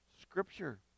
scripture